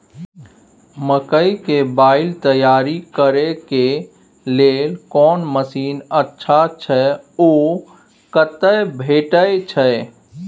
मकई के बाईल तैयारी करे के लेल कोन मसीन अच्छा छै ओ कतय भेटय छै